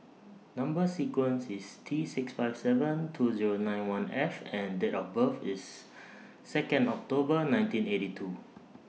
Number sequence IS T six five seven two Zero nine one F and Date of birth IS Second October nineteen eighty two